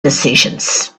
decisions